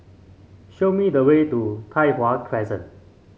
show me the way to Tai Hwan Crescent